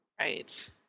Right